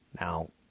Now